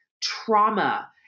trauma